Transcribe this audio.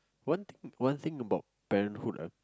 one one thing about parenthood ah